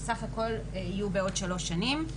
שסך הכל יהיו בעוד שלוש שנים,